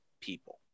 people